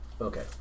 Okay